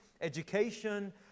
education